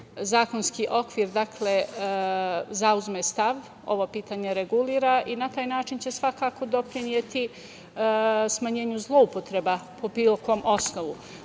zakonski okvir zauzme stav, ovo pitanje reguliše i na taj način će se svakako doprineti smanjenju zloupotreba po bilo kom osnovu. Ovo